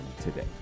today